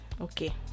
Okay